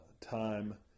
time